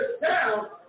down